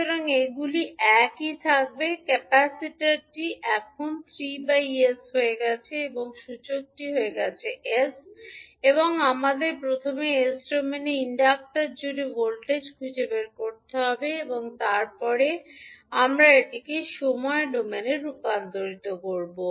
সুতরাং এগুলি একই থাকবে ক্যাপাসিটারটি এখন 3 s হয়ে গেছে এবং সূচকটি হয়ে গেছে 𝑠 এবং আমাদের প্রথমে এস ডোমেনে ইন্ডাক্টর জুড়ে ভোল্টেজ খুঁজে বের করতে হবে এবং তারপরে আমরা এটিকে সময় ডোমেনে রূপান্তর করব